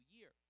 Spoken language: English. Year